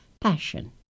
passion